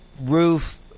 roof